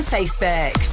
Facebook